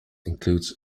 includes